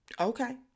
Okay